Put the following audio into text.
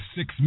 Six